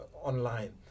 online